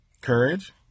Courage